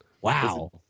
Wow